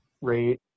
rate